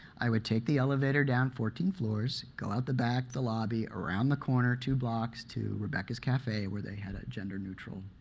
i would take the elevator down fourteen floors, go out the back, the lobby, around the corner two blocks to rebecca's cafe, where they had a gender neutral